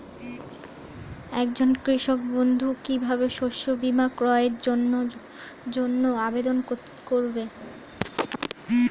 একজন কৃষক বন্ধু কিভাবে শস্য বীমার ক্রয়ের জন্যজন্য আবেদন করবে?